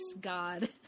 god